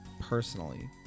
Personally